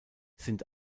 sind